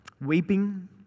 weeping